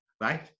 right